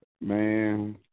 Man